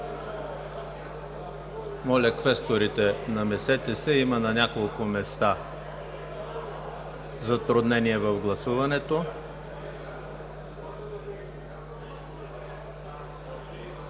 Моля, квесторите, намесете се. На няколко места има затруднения в гласуването.